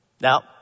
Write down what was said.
Now